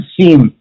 seem